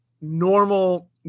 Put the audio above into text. normal